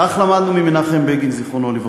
כך למדנו ממנחם בגין ז"ל: